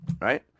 right